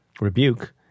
rebuke